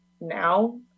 now